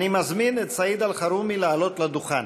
אני מזמין את סעיד אלחרומי לעלות לדוכן.